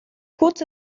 kurz